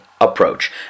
approach